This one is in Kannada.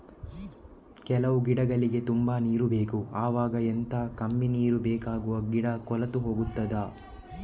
ಕೆಲವು ಗಿಡಗಳಿಗೆ ತುಂಬಾ ನೀರು ಬೇಕು ಅವಾಗ ಎಂತ, ಕಮ್ಮಿ ನೀರು ಬೇಕಾಗುವ ಗಿಡ ಕೊಳೆತು ಹೋಗುತ್ತದಾ?